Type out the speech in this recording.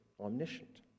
omniscient